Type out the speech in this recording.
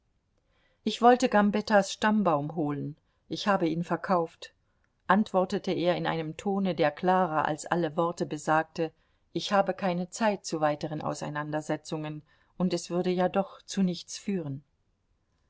ich wollte gambettas stammbaum holen ich habe ihn verkauft antwortete er in einem tone der klarer als alle worte besagte ich habe keine zeit zu weiteren auseinandersetzungen und es würde ja doch zu nichts führen